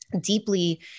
Deeply